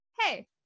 hey